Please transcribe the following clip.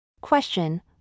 Question